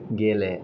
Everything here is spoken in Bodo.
गेले